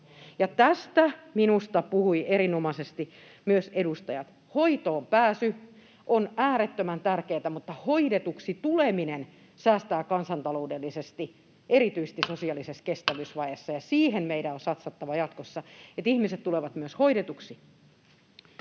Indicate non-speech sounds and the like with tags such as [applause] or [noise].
tästä minusta puhuivat erinomaisesti myös edustajat. Hoitoon pääsy on äärettömän tärkeätä, mutta hoidetuksi tuleminen säästää kansantaloudellisesti [noise] erityisesti sosiaalisessa kestävyysvajeessa, ja siihen meidän on satsattava jatkossa, että ihmiset tulevat myös hoidetuiksi.